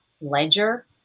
ledger